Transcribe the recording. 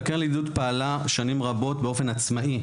הקרן לידידות פעלה שנים רבות באופן עצמאי,